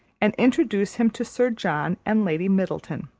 and introduce him to sir john and lady middleton.